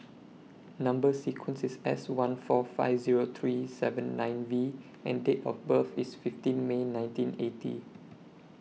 Number sequence IS S one four five Zero three seven nine V and Date of birth IS fifteen May nineteen eighty